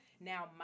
now